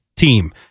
team